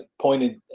pointed